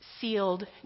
sealed